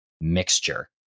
mixture